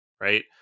Right